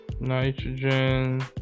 Nitrogen